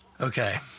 Okay